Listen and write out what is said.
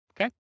okay